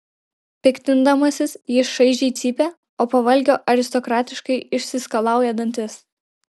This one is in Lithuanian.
piktindamasis jis šaižiai cypia o po valgio aristokratiškai išsiskalauja dantis